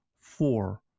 four